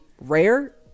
rare